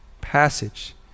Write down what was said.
passage